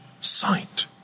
sight